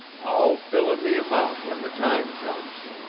i'll fill in the amount when the time comes,